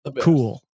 cool